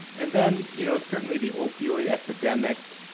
and then you know certainly the opoid epidemic,